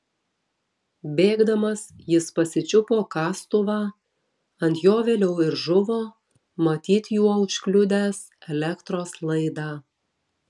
bėgdamas jis pasičiupo kastuvą ant jo vėliau ir žuvo matyt juo užkliudęs elektros laidą